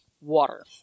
Water